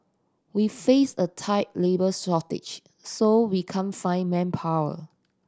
we face a tight labour shortage so we can't find manpower